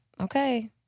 okay